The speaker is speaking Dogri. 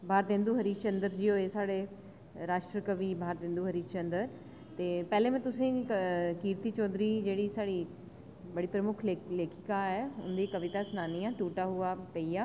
भारतेंदु हरीशचंद्र जी होए साढ़े राश्ट्र कवि भारतेंदु हरीशचंद्र पैह्लें में तुसेंगी कीर्ति चौधरी जेह्ड़ी साढ़ी बड़ी प्रमुक्ख लेखिका ऐ उंदी कविता सनानी आं टूटा हुआ पहिया